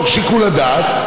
בתוך שיקול הדעת,